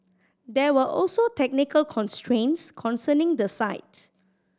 there were also technical constraints concerning the site